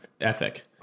ethic